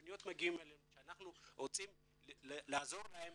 הפניות מגיעות, אנחנו רוצים לעזור להם.